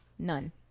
None